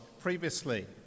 previously